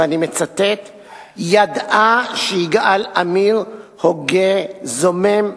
"ידעה שיגאל עמיר הוגה-זומם,